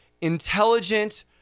intelligent